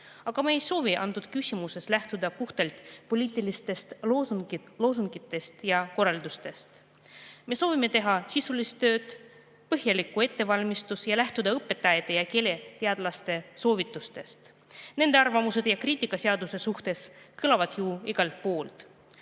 Aga me ei soovi antud küsimuses lähtuda puhtalt poliitilistest loosungitest ja korraldustest. Me soovime teha sisulist tööd, põhjaliku ettevalmistuse, ja lähtuda õpetajate ja keeleteadlaste soovitustest. Nende arvamused ja kriitika seaduse kohta kõlavad ju igalt poolt.